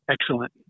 excellent